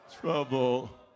trouble